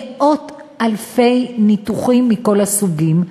מאות-אלפי ניתוחים מכל הסוגים,